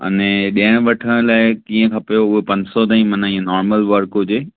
अने ॾियण वठण लाइ कीअं खपे हूअ पंज सौ ताईं मना हीअं नॉर्मल वर्क हुजे